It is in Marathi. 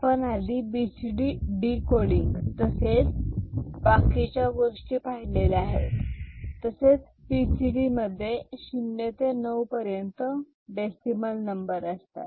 आपण आधी बीसीडी डिकोडिंग तसेच बाकीच्या गोष्टी पाहिलेल्या आहेत तसेच बी सी डी मध्ये शून्य ते नऊ पर्यंत डेसिमल नंबर असतात